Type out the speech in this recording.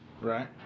Right